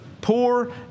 poor